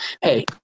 hey